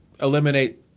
eliminate